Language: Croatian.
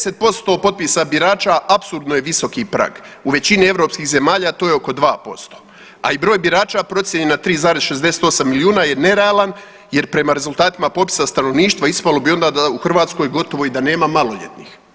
10% potpisa birača apsurdno je visoki prag u većini europskih zemalja to je oko 2%, a i broj birača procijenjen na 3,68 milijuna je nerealan jer prema rezultatima popisa stanovništva ispalo di onda da u Hrvatskoj gotovo i da nema maloljetnih.